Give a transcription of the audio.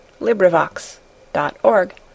LibriVox.org